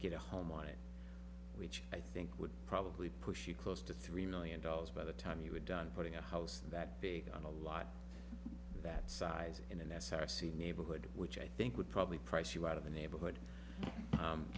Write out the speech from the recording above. get a home on it which i think would probably pushy close to three million dollars by the time you're done putting a house that big on a lot that size in an s r c neighborhood which i think would probably price you out of the neighborhood